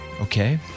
Okay